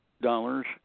dollars